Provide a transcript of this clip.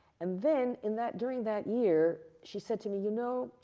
and then in that, during that year, she said to me, you know,